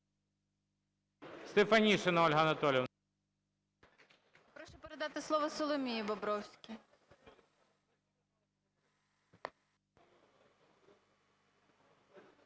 Прошу передати слово Соломії Бобровській.